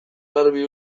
garbi